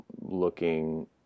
looking